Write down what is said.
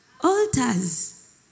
altars